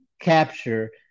capture